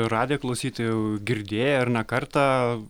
radijo klausytojai jau girdėjo ir ne kartą